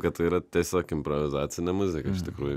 kad tai yra tiesiog improvizacinė muzika iš tikrųjų